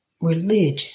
religion